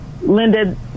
Linda